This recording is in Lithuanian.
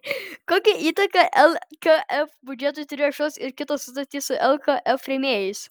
kokią įtaką lkf biudžetui turėjo šios ir kitos sutartys su lkf rėmėjais